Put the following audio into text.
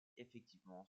effectivement